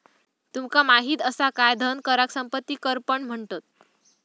तुमका माहित असा काय धन कराक संपत्ती कर पण म्हणतत?